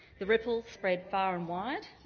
the ripples spread far and wide,